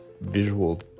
visual